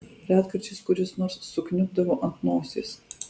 retkarčiais kuris nors sukniubdavo ant nosies